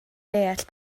deall